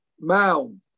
mound